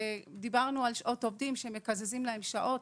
כשדיברנו על שעות עובדים, שמקזזים לאימהות שעות,